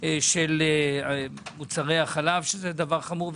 של מחיר מוצרי החלב, שזה דבר חמור.